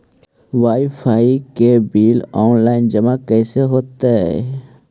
Wifi के bill online जमा कैसे होतै?